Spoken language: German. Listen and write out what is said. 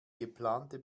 geplante